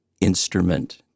instrument